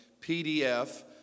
PDF